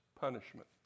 punishment